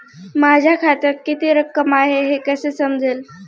माझ्या खात्यात किती रक्कम आहे हे कसे समजेल?